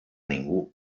ningú